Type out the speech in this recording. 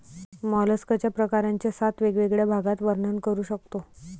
मॉलस्कच्या प्रकारांचे सात वेगवेगळ्या भागात वर्णन करू शकतो